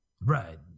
Right